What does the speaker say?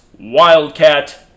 Wildcat